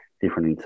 different